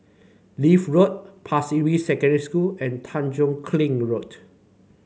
Leith Road Pasir Ris Secondary School and Tanjong Kling Road